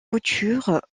couture